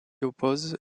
oppose